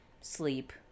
sleep